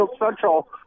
Central